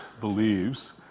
believes